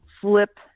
flip